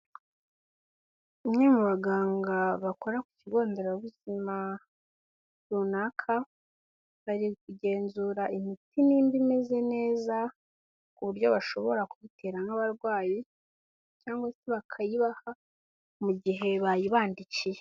Bamwe mu baganga bakora ku kigo nderabuzima runaka, bari kugenzura imiti nimba imeze neza, ku buryo bashobora kuyitera nk'abarwayi cyangwa se bakayibaha mu gihe bayibandikiye.